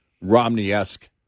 Romney-esque